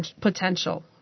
potential